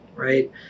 Right